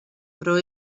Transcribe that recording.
però